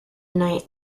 night